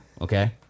Okay